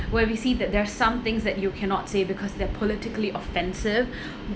where we see that there are some things that you cannot say because they're politically offensive